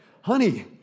honey